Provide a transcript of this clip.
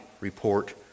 report